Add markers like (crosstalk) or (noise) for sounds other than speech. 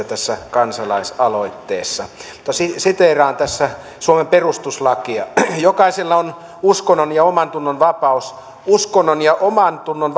(unintelligible) tässä kansalaisaloitteessa on kyse siteeraan tässä suomen perustuslakia jokaisella on uskonnon ja omantunnon vapaus uskonnon ja omantunnon (unintelligible)